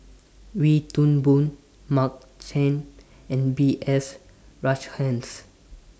Wee Toon Boon Mark Chan and B S Rajhans